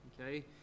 okay